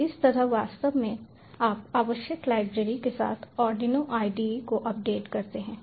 तो इस तरह वास्तव में आप आवश्यक लाइब्रेरी के साथ आर्डिनो ide को अपडेट करते हैं